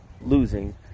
losing